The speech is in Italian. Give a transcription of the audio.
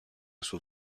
sul